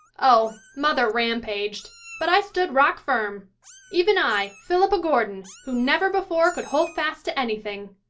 oh, mother rampaged. but i stood rockfirm even i, philippa gordon, who never before could hold fast to anything.